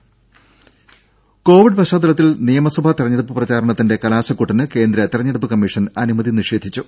രും കോവിഡ് പശ്ചാത്തലത്തിൽ നിയമസഭാ തെരഞ്ഞെടുപ്പ് പ്രചാരണത്തിന്റെ കലാശകൊട്ടിന് കേന്ദ്ര തെരഞ്ഞെടുപ്പ് കമ്മീഷൻ അനുമതി നിഷേധിച്ചു